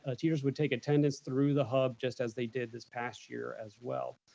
ah teachers would take attendance through the hub just as they did this past year as well.